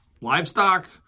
livestock